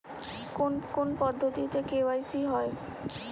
কোন কোন পদ্ধতিতে কে.ওয়াই.সি হয়?